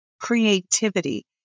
creativity